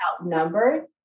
outnumbered